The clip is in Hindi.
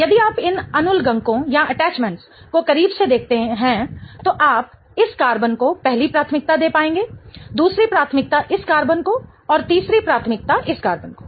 यदि आप इन अनुलग्नकों को करीब से देखते हैं तो आप इस कार्बन को पहली प्राथमिकता दे पाएंगे दूसरी प्राथमिकता इस कार्बन को और तीसरी प्राथमिकता इस कार्बन को